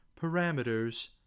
Parameters